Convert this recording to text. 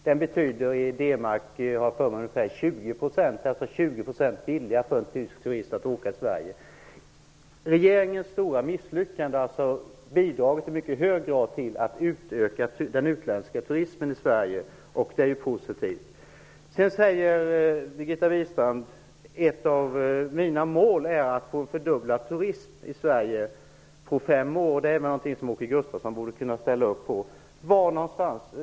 Jag har för mig att det i D-mark betyder ungefär 20 %, dvs. det är Regeringens stora misslyckande har alltså i mycket hög grad bidragit till att öka den utländska turismen i Sverige, och det är ju positivt. Sedan säger Birgitta Wistrand: Ett av mina mål är att fördubbla turismen i Sverige på fem år, och det är någonting som Åke Gustavsson borde kunna ställa sig bakom.